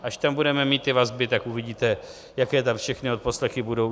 Až tam budeme mít ty vazby, tak uvidíte, jaké tam všechny odposlechy budou.